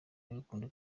y’urukundo